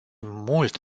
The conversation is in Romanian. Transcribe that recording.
mult